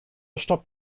stopp